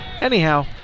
anyhow